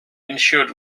insured